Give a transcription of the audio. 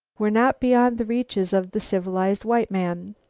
we're not beyond the reaches of the civilized white man.